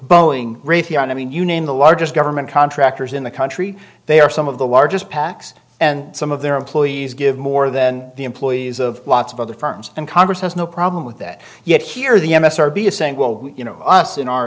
boeing raytheon i mean you name the largest government contractors in the country they are some of the largest pacs and some of their employees give more than the employees of lots of other firms and congress has no problem with that yet here are the m s r be a saying well you know us in our